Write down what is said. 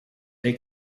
they